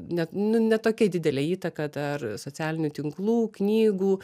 ne nu ne tokia didelė įtaka dar socialinių tinklų knygų